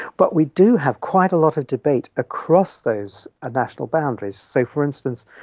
but we do have quite a lot of debate across those ah national boundaries. so for instance,